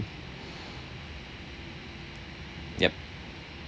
yup